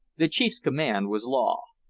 the chief's command was law.